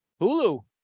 Hulu